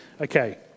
Okay